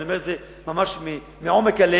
ואני אומר את זה מעומק הלב,